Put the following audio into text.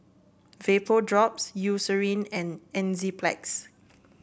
Vapodrops Eucerin and Enzyplex